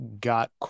got